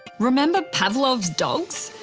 remember pavlov's dogs?